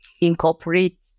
incorporate